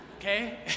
Okay